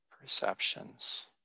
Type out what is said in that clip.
perceptions